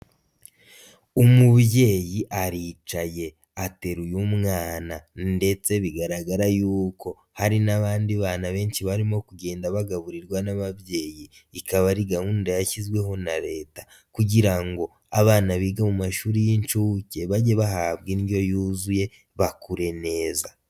Umubyeyi aricaye ateruye umwana ndetse bigaragara y'uka hari n'abandi bana benshi barimo kugenda bagaburirwa n'ababyeyi, ikaba ari gahunda yashyizweho na Leta kugira ngo abana biga mu mashuri y'inshuke bajye bahabwa indyo yuzuye bakure neza.